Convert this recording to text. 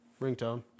ringtone